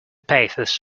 pathos